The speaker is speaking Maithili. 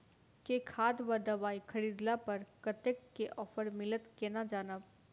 केँ खाद वा दवाई खरीदला पर कतेक केँ ऑफर मिलत केना जानब?